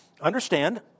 understand